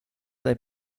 they